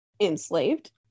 enslaved